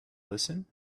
listen